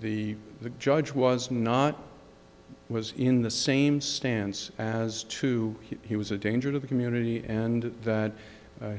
the the judge was not was in the same stance as to he was a danger to the community and that